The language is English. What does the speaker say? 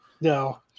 No